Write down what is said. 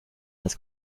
als